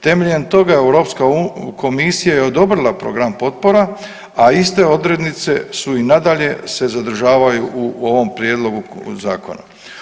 Temeljem toga Europska komisija je odobrila program potpora, a iste odrednice su i nadalje se zadržavaju u ovom prijedlogu zakona.